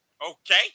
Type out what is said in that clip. Okay